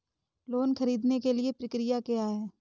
Loan ख़रीदने के लिए प्रक्रिया क्या है?